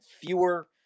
fewer